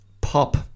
pop